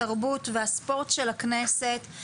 התרבות והספורט של הכנסת.